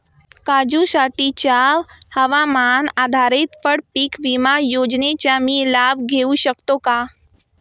काजूसाठीच्या हवामान आधारित फळपीक विमा योजनेचा मी लाभ घेऊ शकतो का?